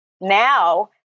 now